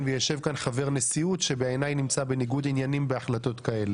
אלא ישב כאן חבר נשיאות שבעיניי נמצא בניגוד עניינים בהחלטות כאלה.